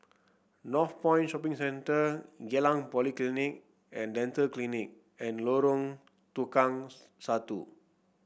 Northpoint Shopping Centre Geylang Polyclinic and Dental Clinic and Lorong Tukang Satu